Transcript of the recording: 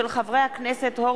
מאת חברי הכנסת ניצן הורוביץ,